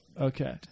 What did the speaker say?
Okay